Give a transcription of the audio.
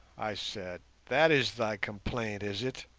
i said, that is thy complaint, is it?